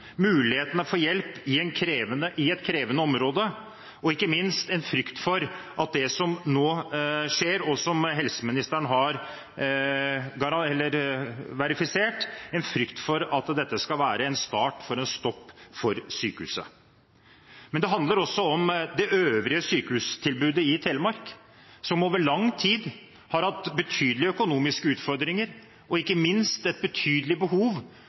mulighetene for å få hjelp i et krevende område, og ikke minst en frykt for at det som nå skjer og som helseministeren har verifisert, skal være starten på nedleggelsen av sykehuset. Det handler også om det øvrige sykehustilbudet i Telemark, som over lang tid har hatt betydelige økonomiske utfordringer, og ikke minst har hatt et betydelig behov